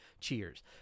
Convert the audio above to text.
cheers